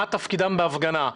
מה תפקידם בהפגנה.